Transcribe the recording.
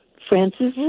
francis